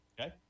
Okay